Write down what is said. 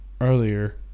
earlier